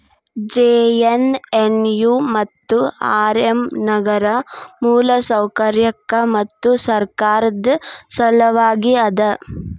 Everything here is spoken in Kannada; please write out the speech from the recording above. ಜೆ.ಎನ್.ಎನ್.ಯು ಮತ್ತು ಆರ್.ಎಮ್ ನಗರ ಮೂಲಸೌಕರ್ಯಕ್ಕ ಮತ್ತು ಸರ್ಕಾರದ್ ಸಲವಾಗಿ ಅದ